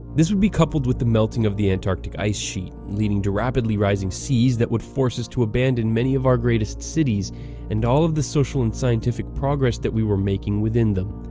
this would be coupled with the melting of the antarctic ice sheet, leading to rapidly rising seas that would force us to abandon many of our greatest cities and all of the social and scientific progress that we were making within them.